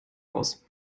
aus